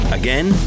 again